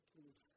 please